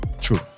True